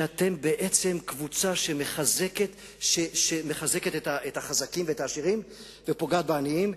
שאתם בעצם קבוצה שמחזקת את החזקים והעשירים ופוגעת בעניים.